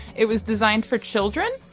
it was designed for children.